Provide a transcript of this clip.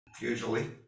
usually